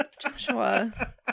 Joshua